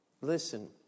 Listen